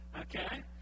Okay